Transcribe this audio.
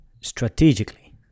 strategically